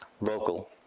vocal